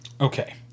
Okay